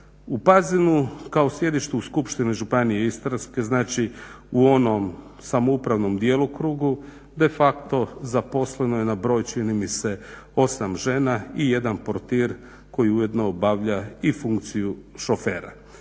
U Pazinu kao sjedištu Skupštine županije Istarske znači u onom samoupravnom djelokrugu de facto zaposleno je na broj čini mi se 8 žena i 1 portir koji ujedno obavlja i funkciju šofera.